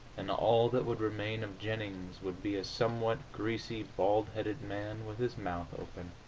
and all that would remain of jennings would be a somewhat greasy bald-headed man with his mouth open.